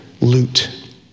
loot